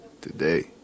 today